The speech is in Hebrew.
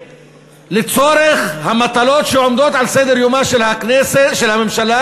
שלצורך המטלות שעומדות על סדר-יומה של הממשלה